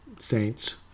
Saints